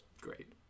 Great